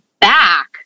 Back